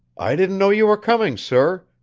i didn't know you were coming, sir.